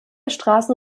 straßen